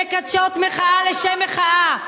שמקדשות מחאה לשם מחאה,